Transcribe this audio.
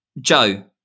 Joe